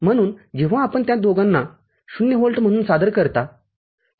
म्हणून जेव्हा आपण त्या दोघांना ० व्होल्ट म्हणून सादर करता